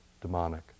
demonic